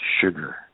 sugar